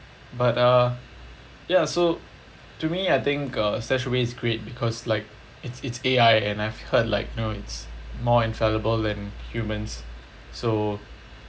but uh ya so to me I think uh StashAway is great because like it's it's A_I and I've heard like you know it's more infallible than humans so